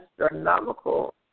astronomical